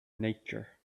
nature